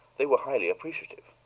they were highly appreciative.